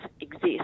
exist